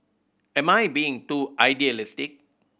am I being too idealistic